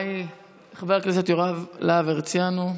חבר הכנסת יוראי להב הרצנו.